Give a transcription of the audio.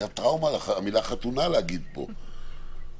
להגיד את המילה חתונה, זאת טראומה.